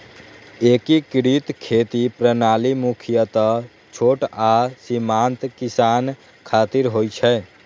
एकीकृत खेती प्रणाली मुख्यतः छोट आ सीमांत किसान खातिर होइ छै